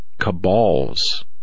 cabals